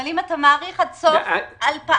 אבל אם אתה מאריך עד סוף 2020,